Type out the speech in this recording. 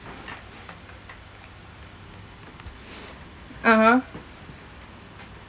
(uh huh)